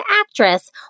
actress